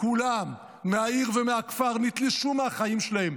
כולם מהעיר ומהכפר, נתלשו מהחיים שלהם.